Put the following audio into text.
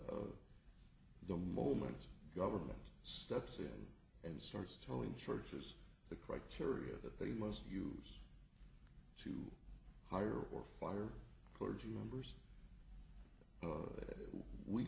f the moment government steps in and starts telling churches the criteria that they must use to hire or fire clergy members